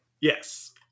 Yes